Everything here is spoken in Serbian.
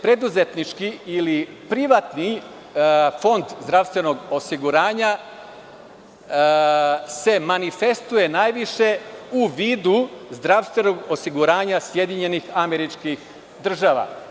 Preduzetnički ili privatni fond zdravstvenog osiguranja se manifestuje najviše u vidu zdravstvenog osiguranja SAD.